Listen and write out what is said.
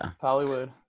hollywood